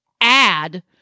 add